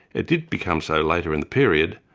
it did become so later in the period,